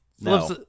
No